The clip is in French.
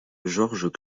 georges